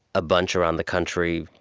a bunch around the country,